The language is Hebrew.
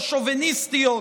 השוביניסטיות,